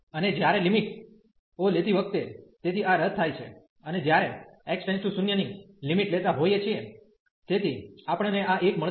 અને જ્યારે લિમિટઓ લેતી વખતે તેથી આ રદ થાય છે અને જ્યારે x → 0 ની લિમિટ લેતા હોઈએ છીએ તેથી આપણને આ 1 મળશે